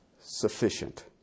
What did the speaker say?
sufficient